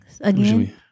again